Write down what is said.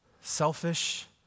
Selfish